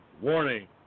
Warning